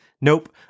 Nope